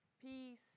peace